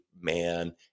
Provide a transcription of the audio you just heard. man